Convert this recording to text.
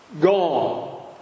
gone